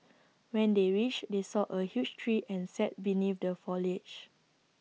when they reached they saw A huge tree and sat beneath the foliage